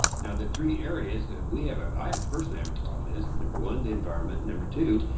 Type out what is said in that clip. now, the three areas that we have ah i personally have a problem is, and number one, the environment. number two,